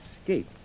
escape